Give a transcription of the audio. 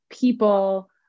people